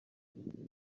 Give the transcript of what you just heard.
serivisi